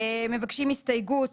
מבקשים הסתייגות